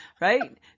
right